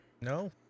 No